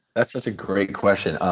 that's such a great question. ah